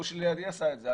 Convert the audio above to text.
ההוא שלידי עשה את זה.